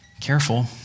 Careful